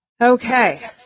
Okay